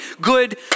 good